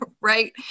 right